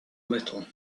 little